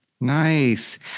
Nice